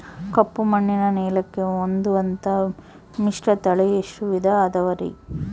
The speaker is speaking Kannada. ಕಪ್ಪುಮಣ್ಣಿನ ನೆಲಕ್ಕೆ ಹೊಂದುವಂಥ ಮಿಶ್ರತಳಿ ಎಷ್ಟು ವಿಧ ಅದವರಿ?